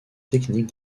technique